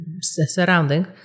surrounding